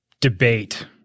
debate